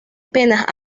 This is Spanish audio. penas